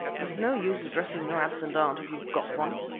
it is no use addressing your absent aunt if you have got one.